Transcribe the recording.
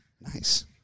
Nice